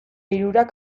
hirurak